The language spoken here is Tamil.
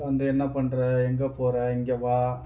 இப்போ வந்து என்ன பண்ணுற எங்கே போகிற இங்கே வா